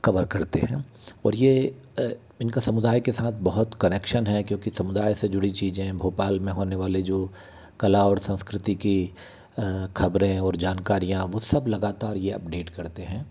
cover करते हैं और ये इनका समुदाय के सात बहुत कनेक्शन है क्यूँकि समुदाय से जुड़ी चीज़ें भोपाल में होने वाले जो कला और संस्कृति की ख़बरे और जानकारियाँ वो सब लगातार ये अपडेट करते हैं